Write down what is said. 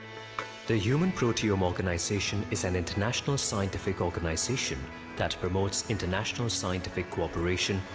the human proteome organization is an international scientific organization that promotes international scientific cooperation,